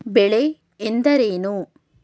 ಬೆಳೆ ಎಂದರೇನು?